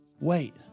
Wait